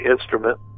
instrument